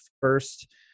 first